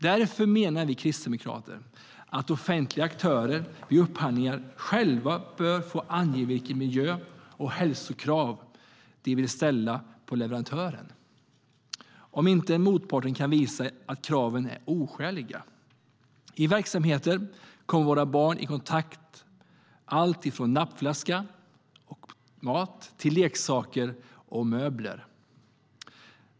Därför menar vi kristdemokrater att offentliga aktörer vid upphandlingar själva bör få ange vilka miljö och hälsokrav de vill ställa på leverantören om inte motparten kan visa att kraven är oskäliga. I verksamheten kommer våra barn i kontakt med alltifrån nappflaskor och mat till leksaker och möbler.